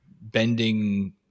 bending